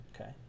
okay